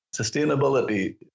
sustainability